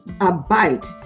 abide